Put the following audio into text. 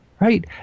Right